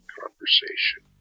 conversation